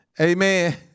Amen